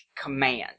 Command